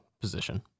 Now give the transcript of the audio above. position